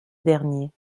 dernier